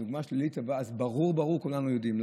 בדוגמה שלילית, אז ברור, ברור, כולנו יודעים.